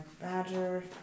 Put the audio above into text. Badger